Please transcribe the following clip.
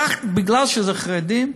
רק מפני שאלה חרדים.